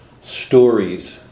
stories